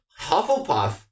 Hufflepuff